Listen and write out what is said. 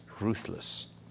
ruthless